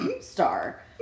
star